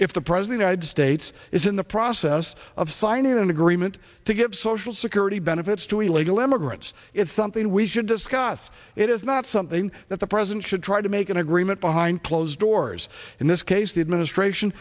if the president i had states is in the process of signing an agreement to give social security benefits to illegal immigrants it's something we should discuss it is not something that the president should try to make an agreement behind closed doors in this case the administration